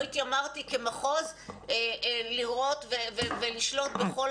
לא התיימרתי כמחוז לראות ולשלוט בכל